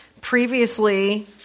previously